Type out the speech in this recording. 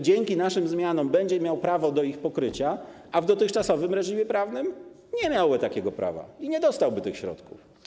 Dzięki naszym zmianom będzie miał prawo do ich pokrycia, a w dotychczasowym reżimie prawnym nie miałby takiego prawa i nie dostałby tych środków.